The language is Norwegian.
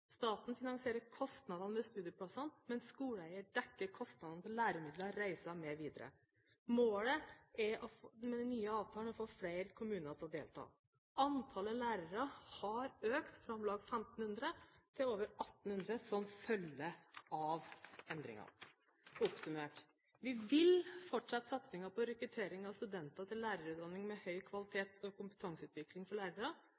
Staten finansierer kostnadene ved studieplassene, mens skoleeier dekker kostnadene til læremidler, reiser mv. Målet med den nye avtalen er å få flere kommuner til å delta. Antallet lærere har økt fra om lag 1 500 til over 1 800 som følge av endringen. Oppsummert: Vi vil fortsatt satse på rekruttering av studenter til lærerutdanning med høy kvalitet og kompetanseutvikling for lærere.